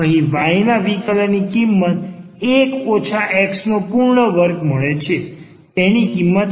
અહી y ના વિકલન ની કિંમત 1 ઓછા x નો પૂર્ણ વર્ગ મળે છે તેની કિંમત 1 છે